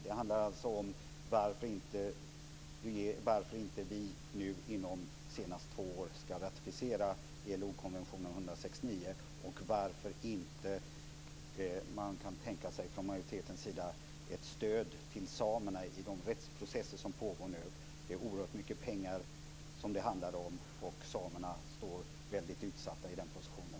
Det handlar alltså om varför vi inte inom senast två år ska ratificera ILO-konvention 169 och varför majoriteten inte kan tänka sig ett stöd till samerna i de rättsprocesser som pågår nu. Det handlar om oerhört mycket pengar, och samerna är mycket utsatta i den positionen.